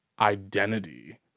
identity